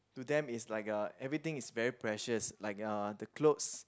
to them it's like uh everything is very precious like uh the clothes